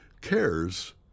cares